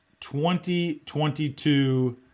2022